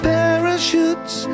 Parachutes